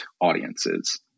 audiences